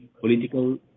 political